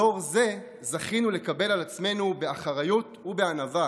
בדור זה זכינו לקבל על עצמנו באחריות ובענווה